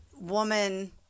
woman